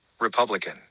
Republican